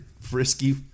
frisky